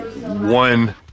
one